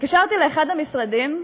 התקשרתי לאחד המשרדים,